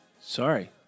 Sorry